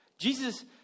Jesus